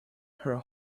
her